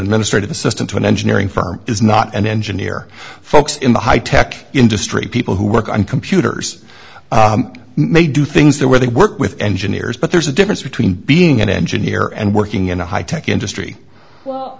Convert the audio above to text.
administrative assistant to an engineering firm is not an engineer folks in the high tech industry people who work on computers may do things the way they work with engineers but there's a difference between being an engineer and working in a high tech industry well